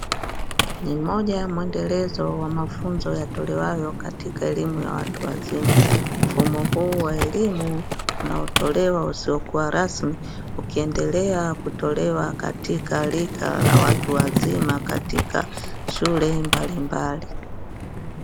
Ni moja ya mwendelezo wa mafunzo yatolewayo katika elimu ya watu wazima, mfumo huu wa elimu unaotolewa usiokuwa rasmi ukiendelea kutolewa katika rika la watu wazima katika shule mbalimbali.